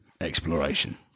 Exploration